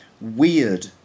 Weird